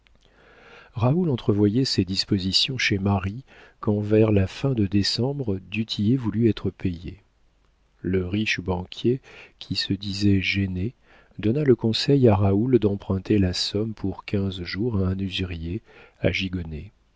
raoul entrevoyait ces dispositions chez marie quand vers la fin de décembre du tillet voulut être payé le riche banquier qui se disait gêné donna le conseil à raoul d'emprunter la somme pour quinze jours à un usurier à